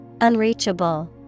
Unreachable